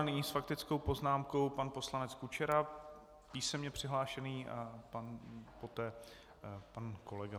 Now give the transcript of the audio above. Nyní s faktickou poznámkou pan poslanec Kučera, písemně přihlášený, a poté pan kolega.